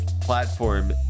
platform